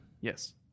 Yes